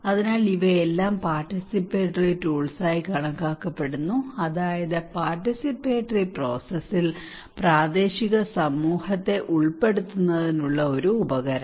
അതിനാൽ ഇവയെല്ലാം participatory tools ആയി കണക്കാക്കപ്പെടുന്നു അതായത് പാർട്ടിസിപ്പേറ്ററി പ്രോസസ്സിൽ പ്രാദേശിക സമൂഹത്തെ ഉൾപ്പെടുത്തുന്നതിനുള്ള ഒരു ഉപകരണം